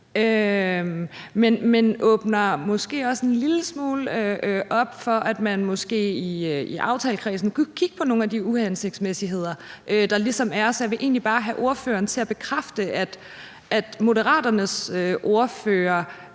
og åbner måske også en lille smule op for, at man i aftalekredsen kunne kigge på nogle af de uhensigtsmæssigheder, der ligesom er. Så jeg vil egentlig bare have Moderaternes ordføreren til at bekræfte, at hun er